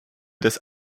des